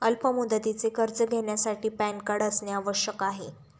अल्प मुदतीचे कर्ज घेण्यासाठी पॅन कार्ड असणे आवश्यक आहे का?